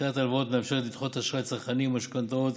דחיית ההלוואות מאפשרת לדחות אשראי צרכני ומשכנתאות